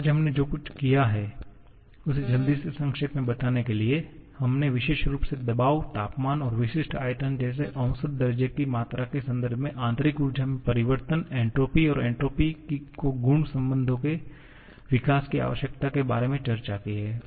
आज हमने जो कुछ किया है उसे जल्दी से संक्षेप में बताने के लिए हमने विशेष रूप से दबाव तापमान और विशिष्ट आयतन जैसे औसत दर्जे की मात्रा के संदर्भ में आंतरिक ऊर्जा में परिवर्तन एन्ट्रोपी और एन्ट्रापी को गुण संबंधों के विकास की आवश्यकता के बारे में चर्चा की है